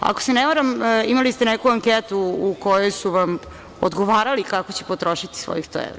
Ako se ne varam, imali ste neku anketu u kojoj su vam odgovarali kako će potrošiti svojih 100 evra.